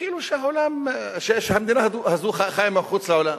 וכאילו המדינה הזאת חיה מחוץ לעולם,